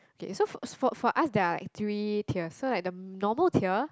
okay so for for us they are tertiary tier so like the normal tier